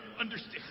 understand